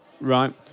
Right